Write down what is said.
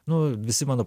nu visi mano